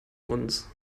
uns